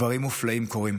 דברים מופלאים קורים.